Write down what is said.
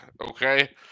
Okay